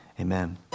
Amen